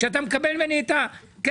כשאתה מקבל ממני את הכסף,